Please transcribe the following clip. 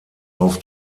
auf